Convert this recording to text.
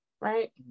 right